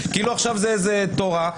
כאילו עכשיו זה איזו תורה,